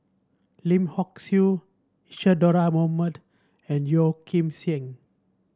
Lim Hock Siew Isadhora Mohamed and Yeo Kim Seng